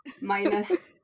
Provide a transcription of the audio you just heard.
minus